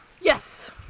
yes